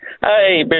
Hey